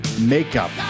makeup